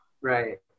Right